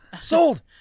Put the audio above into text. Sold